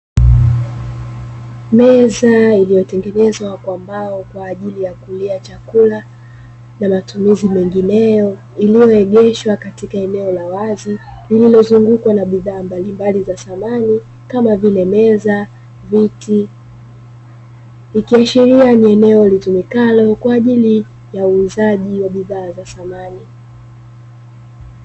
Meza iliyotengenezwa kwa mbao kwaajili ya kulia chakula na matumizi mengineyo iliyoegeshwa katika eneo la wazi lililozungukwa na bidhaa mbalimbali za samani kama vile meza, viti ikiashiria ni eneo litumikalo kwa ajili ya uuzaji wa bidhaa za samani.